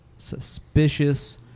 Suspicious